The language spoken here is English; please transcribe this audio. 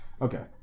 Okay